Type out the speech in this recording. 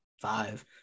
five